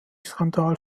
skandal